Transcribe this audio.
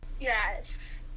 yes